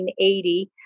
1980